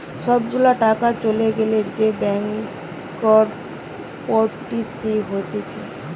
সব গুলা টাকা চলে গ্যালে যে ব্যাংকরপটসি হতিছে